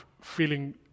feeling